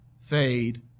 fade